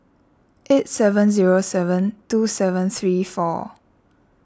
eight seven zero seven two seven three four